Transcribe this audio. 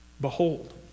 Behold